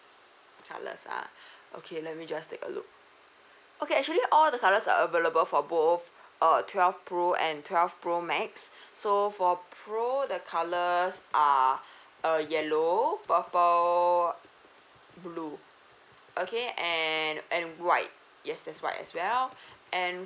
colours ah okay let me just take a look okay actually all the colours are available for both uh twelve pro and twelve pro max so for pro the colours are uh yellow purple blue okay and and white yes there's white as well and